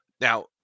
now